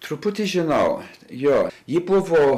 truputį žinau jo ji buvo